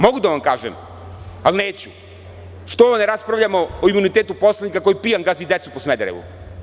Mogu da vam kažem, ali neću – što ne raspravljamo o imunitetu poslanika koji pijan gazi decu po Smederevu.